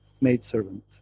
maidservant